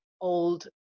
old